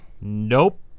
nope